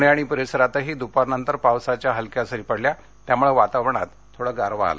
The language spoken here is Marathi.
पूणे आणि परिसरातही दुपारनंतर पावसाच्या हलक्या सरी पडल्या त्यामुळे वातावरणात थोडा गारवा आला